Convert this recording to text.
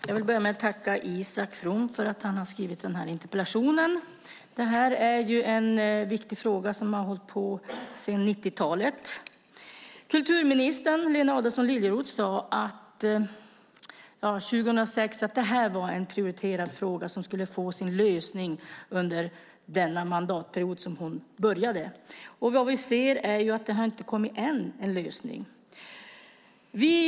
Herr talman! Jag tackar Isak From för att han ställt denna interpellation. Det är en viktig fråga som har diskuterats sedan 90-talet. Kulturminister Lena Adelsohn Liljeroth sade 2006 att detta var en prioriterad fråga som skulle få sin lösning under mandatperioden. Men ännu har det inte kommit någon lösning.